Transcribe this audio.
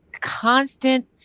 constant